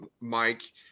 Mike